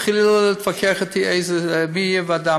התחיל להתווכח אתי מי תהיה הוועדה,